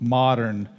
modern